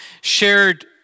shared